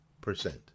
percent